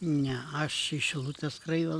ne aš iš šilutės rajono